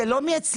זה לא מאצלנו.